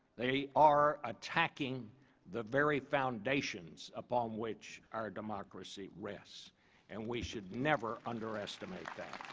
they are attacking the very foundations upon which our democracy rests and we should never underestimate that.